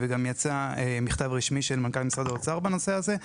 וגם יצא מכתב רשמי של מנכ"ל משרד האוצר בנושא הזה.